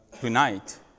tonight